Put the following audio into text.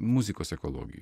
muzikos ekologijoj